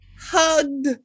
hugged